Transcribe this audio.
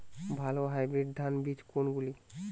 ভালো হাইব্রিড ধান বীজ কোনগুলি?